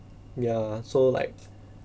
ya so like